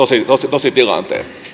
tositilanteen